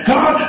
God